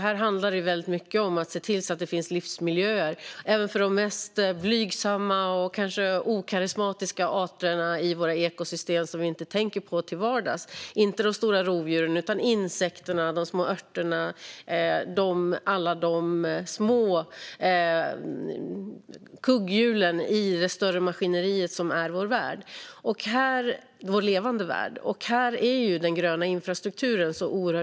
Här handlar det väldigt mycket om att se till att det finns livsmiljöer även för de mest blygsamma och kanske okarismatiska arter i våra ekosystem som vi inte tänker på till vardags - inte de stora rovdjuren utan insekterna, de små örterna, alla de små kugghjulen i det större maskineri som är vår levande värld. Här är den gröna infrastrukturen oerhört viktig.